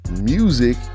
Music